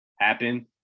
happen